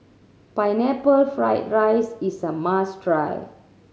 Pineapple Fried rice is a must try